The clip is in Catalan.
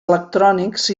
electrònics